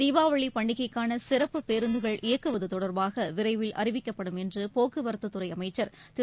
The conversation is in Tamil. தீபாவளிபண்டிகைக்கானசிறப்பு பேருந்துகள் இயக்குவதுதொடர்பாகவிரைவில் அறிவிக்கப்படும் என்றுபோக்குவரத்துத்துறைஅமைச்சர் திரு